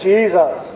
Jesus